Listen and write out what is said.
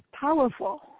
powerful